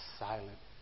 silent